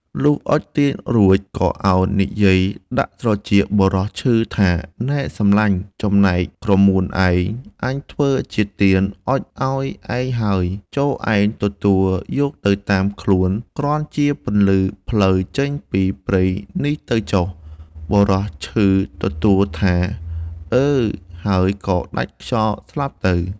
លុះអុចទៀនរួច ក៏ឱននិយាយដាក់ត្រចៀកបុរសឈឺថា "នែសំឡាញ់! ចំណែកក្រមួនឯង អញធ្វើជាទៀនអុជឲ្យឯងហើយ ចូរឯងទទួលយកទៅតាមខ្លួន គ្រាន់ជាពន្លឺផ្លូវចេញពីព្រៃនេះទៅចុះ!" បុរសឈឺទទួលថា "អឺ!" ហើយក៏ដាច់ខ្យល់ស្លាប់ទៅ។